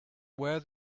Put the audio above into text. where